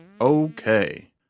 Okay